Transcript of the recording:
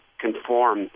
conform